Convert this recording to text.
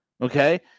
okay